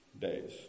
days